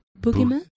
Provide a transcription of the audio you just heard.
Boogeyman